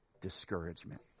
discouragement